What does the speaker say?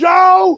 Joe